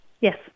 yes